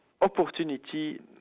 opportunity